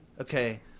okay